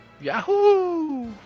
Yahoo